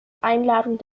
einladung